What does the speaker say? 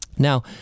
Now